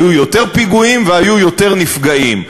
היו יותר פיגועים והיו יותר נפגעים.